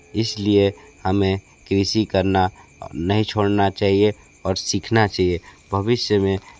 इसलिए हमें कृषि करना नहीं छोड़ना चाहिए और सीखना चाहिए भविष्य में